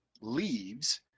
leaves